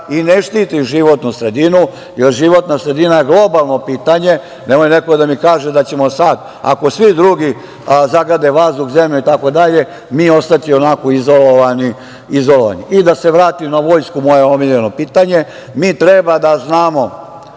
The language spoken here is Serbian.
i ne štitiš životnu sredinu, jer životna sredina je globalno pitanje. Nemoj neko da mi kaže da ćemo sad, ako svi drugu zagade vazduh, zemlju itd, mi ostati onako izolovani. Da se vratimo na vojsku, moje omiljeno pitanje. Mi treba da znamo